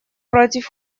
против